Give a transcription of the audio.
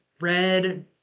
Red